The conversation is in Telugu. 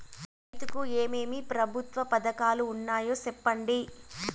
రైతుకు ఏమేమి ప్రభుత్వ పథకాలు ఉన్నాయో సెప్పండి?